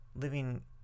living